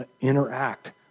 interact